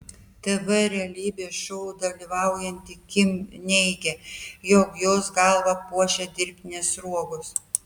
tv realybės šou dalyvaujanti kim neigia jog jos galvą puošia dirbtinės sruogos